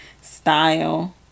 style